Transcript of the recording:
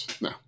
No